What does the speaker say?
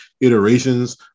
iterations